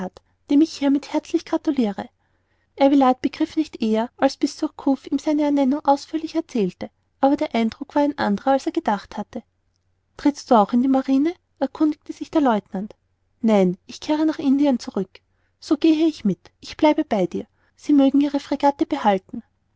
dem ich hiermit herzlich gratulire ervillard begriff nicht eher als bis surcouf ihm seine ernennung ausführlich erzählte aber der eindruck war ein anderer als er gedacht hatte trittst auch du in die marine erkundigte sich der lieutenant nein ich kehre nach indien zurück so gehe ich mit ich bleibe bei dir sie mögen ihre fregatte behalten